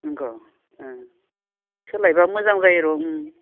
नंगौ ओं सोलायबा मोजां जायो र' उम